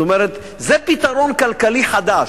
זאת אומרת, זה פתרון כלכלי חדש.